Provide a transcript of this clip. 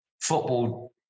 football